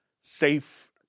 safe